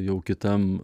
jau kitam